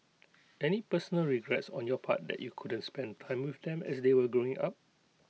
any personal regrets on your part that you couldn't spend time with them as they were growing up